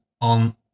on